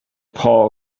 paul